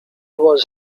was